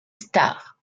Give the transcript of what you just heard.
star